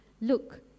look